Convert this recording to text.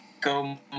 go